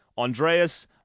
Andreas